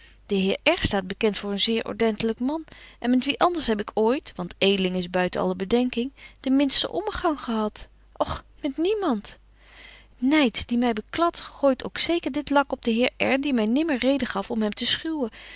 de heer r staat bekent voor een zeer ordentelyk man en met wie anders heb ik ooit want edeling is buiten alle bedenking den minsten ommegang gehad och met niemand betje wolff en aagje deken historie van mejuffrouw sara burgerhart nyd die my bekladt gooit ook zeker dit lak op den heer r die my nimmer reden gaf om hem te schuwen